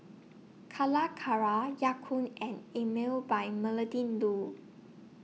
Calacara Ya Kun and Emel By Melinda Looi